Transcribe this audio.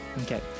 Okay